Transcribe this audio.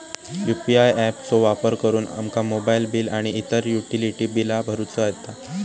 UPI app चो वापर करुन आमका मोबाईल बिल आणि इतर युटिलिटी बिला भरुचा येता